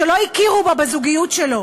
שלא הכירו בזוגיות שלו,